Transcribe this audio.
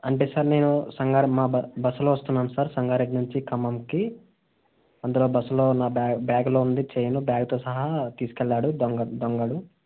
అంటే సార్ నేను సంగారం మా బ బస్సులో వస్తున్నాను సార్ సంగారెడ్డి నుంచి ఖమ్మంకి అందులో బస్సులో ఉన్న బ్యాగ్ బ్యాగ్లో ఉంది చైన్ బ్యాగ్తో సహా తీసుకు వెళ్ళాడు దొంగ దొంగోడు